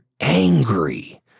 angry